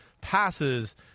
passes